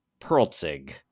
Perlzig